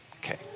Okay